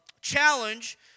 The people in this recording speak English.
challenge